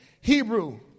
Hebrew